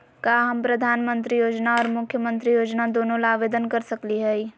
का हम प्रधानमंत्री योजना और मुख्यमंत्री योजना दोनों ला आवेदन कर सकली हई?